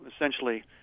essentially